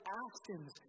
actions